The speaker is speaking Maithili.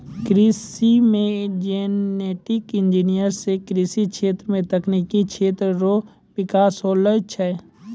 कृषि मे जेनेटिक इंजीनियर से कृषि क्षेत्र मे तकनिकी क्षेत्र रो बिकास होलो छै